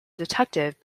detective